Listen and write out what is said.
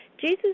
Jesus